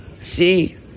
See